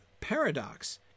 paradox